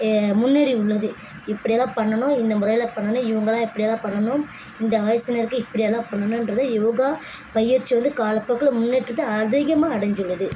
முன்னேறி உள்ளது இப்படியெல்லாம் பண்ணணும் இந்த முறையில் பண்ணணும் இவங்கெல்லாம் இப்படி எல்லாம் பண்ணணும் இந்த வயசினருக்கு இப்படியெல்லாம் பண்ணணுன்றத யோகா பயிற்சி வந்து காலப்போக்கில் முன்னேற்றத்தை அதிகமாக அடைஞ்சியுள்ளது